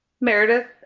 Meredith